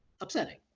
upsetting